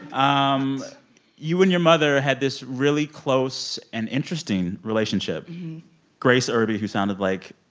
um you and your mother had this really close and interesting relationship grace irby, who sounded, like,